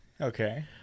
Okay